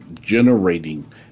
generating